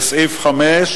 וסעיף 5,